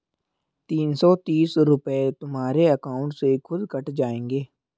तीन सौ तीस रूपए तुम्हारे अकाउंट से खुद कट जाएंगे